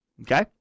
Okay